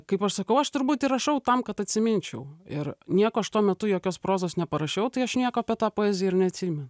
kaip aš sakau aš turbūt ir rašau tam kad atsiminčiau ir nieko aš tuo metu jokios prozos neparašiau tai aš nieko apie tą poeziją ir neatsime